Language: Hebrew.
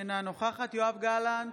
אינה נוכחת יואב גלנט,